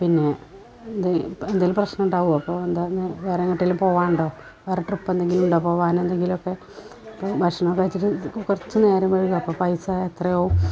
പിന്നെ എന്തേ എന്തെങ്കിലും പ്രശ്നം ഉണ്ടാകുമോ അപ്പോൾ എന്താണ് വേറെ എങ്ങോട്ടെങ്കിലും പോവാനുണ്ടോ വേറെ ട്രിപ്പ് എന്തെങ്കിലുമുണ്ടോ പോവാൻ എന്തെങ്കിലുമൊക്കെ അപ്പോൾ ഭക്ഷണം കഴിച്ചിട്ട് കുറച്ച് നേരം വൈകും അപ്പോൾ പൈസ എത്രയാവും